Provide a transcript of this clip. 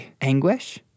anguish